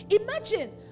imagine